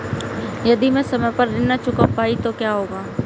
यदि मैं समय पर ऋण नहीं चुका पाई तो क्या होगा?